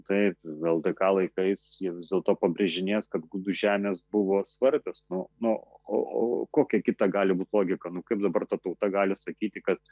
taip ldk laikais jie vis dėlto pabrėžinės kad gudų žemės buvo svarbios nu nu o o kokia kita gali būt logika nu kaip dabar ta tauta gali sakyti kad